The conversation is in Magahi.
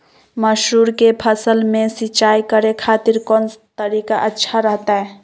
मसूर के फसल में सिंचाई करे खातिर कौन तरीका अच्छा रहतय?